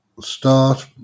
Start